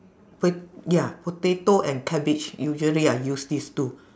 with ya potato and cabbage usually I use these two